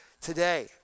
Today